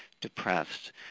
depressed